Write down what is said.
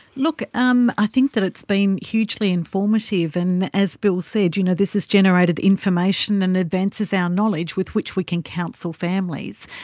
look, um i think that it's been hugely informative and, as bill said, you know this has generated information and advances our knowledge with which we can counsel families.